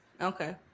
Okay